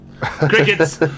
Crickets